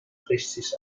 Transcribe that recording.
richtig